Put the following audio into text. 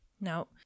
Now